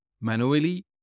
manually